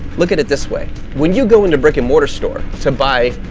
look, at it this way when you go into brick-and-mortar store to buy.